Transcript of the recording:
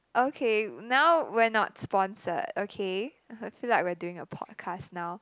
okay now we're not sponsored okay I feel like we're doing a podcast now